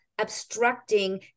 obstructing